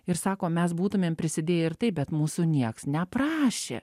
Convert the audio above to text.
ir sako mes būtumėm prisidėję ir taip bet mūsų nieks neprašė